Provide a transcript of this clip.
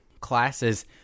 classes